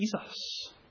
Jesus